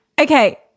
Okay